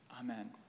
Amen